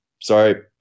sorry